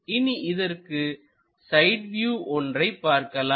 இனி இதற்கு side view ஒன்றைப் பார்க்கலாம்